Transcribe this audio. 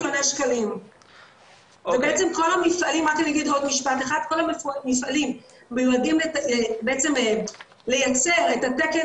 בעצם כל המפעלים מיועדים לייצר את התקן